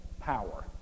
power